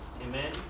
Amen